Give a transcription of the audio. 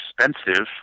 expensive